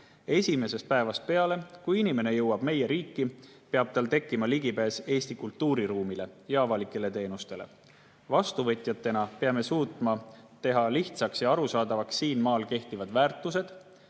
Esimesest päevast peale, kui inimene jõuab meie riiki, peab tal tekkima ligipääs Eesti kultuuriruumile ja avalikele teenustele. Vastuvõtjatena peame suutma teha lihtsaks ja arusaadavaks siin maal kehtivad väärtused,